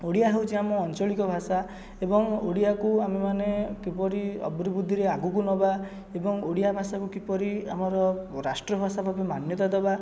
ଓଡ଼ିଆ ହେଉଛି ଆମ ଆଞ୍ଚଳିକ ଭାଷା ଏବଂ ଓଡ଼ିଆକୁ ଆମେମାନେ କିପରି ଅଭିବୃଦ୍ଧିରେ ଆଗକୁ ନେବା ଏବଂ ଓଡ଼ିଆ ଭାଷାକୁ କିପରି ଆମର ରାଷ୍ଟ୍ରଭାଷା ଭାବେ ମାନ୍ୟତା ଦେବା